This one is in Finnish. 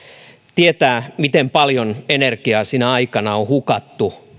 tietää miten paljon energiaa sinä aikana on hukattu